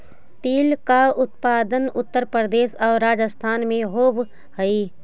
तिल का उत्पादन उत्तर प्रदेश और राजस्थान में होवअ हई